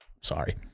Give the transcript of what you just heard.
Sorry